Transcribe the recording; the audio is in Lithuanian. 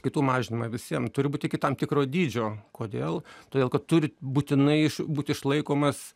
kitų mažinama visiem turi būti iki tam tikro dydžio kodėl todėl kad turi būtinai būt išlaikomas